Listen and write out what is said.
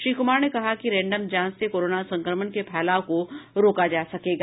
श्री कुमार ने कहा कि रैंडम जांच से कोरोना संक्रमण के फैलाव को रोका जा सकेगा